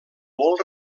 molt